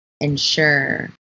ensure